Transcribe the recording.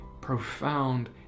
profound